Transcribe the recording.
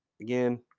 again